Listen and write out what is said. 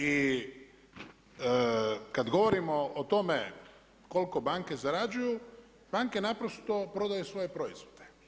I kad govorimo o tome koliko banke zarađuju, banke naprosto prodaju svoje proizvode.